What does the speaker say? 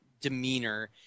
demeanor